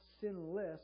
sinless